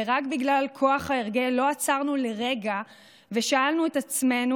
ורק בגלל כוח ההרגל לא עצרנו לרגע ושאלנו את עצמנו